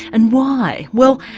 and why? well,